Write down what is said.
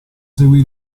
seguì